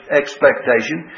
expectation